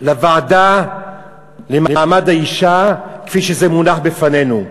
לוועדה למעמד האישה, כפי שזה מונח בפנינו.